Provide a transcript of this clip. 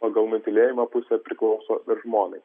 pagal nutylėjimą pusė priklauso žmonai